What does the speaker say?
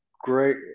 great